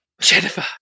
Jennifer